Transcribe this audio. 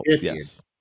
Yes